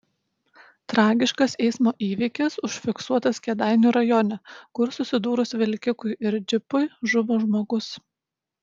tragiškas eismo įvykis užfiksuotas kėdainių rajone kur susidūrus vilkikui ir džipui žuvo žmogus